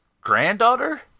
granddaughter